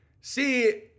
See